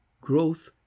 growth